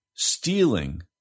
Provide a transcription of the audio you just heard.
Stealing